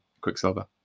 Quicksilver